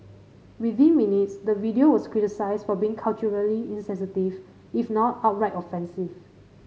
within minutes the video was criticised for being culturally insensitive if not outright offensive